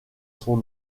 son